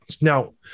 Now